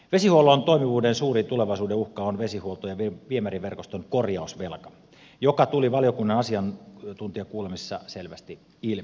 vesihuollon toimivuuden suurin tulevaisuudenuhka on vesihuolto ja viemäriverkoston korjausvelka mikä tuli valiokunnan asiantuntijakuulemisissa selvästi ilmi